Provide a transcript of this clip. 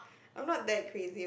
I'm not that crazy